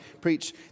preach